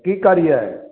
की करियै